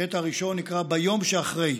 הקטע הראשון נקרא "ביום שאחרי":